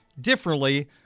differently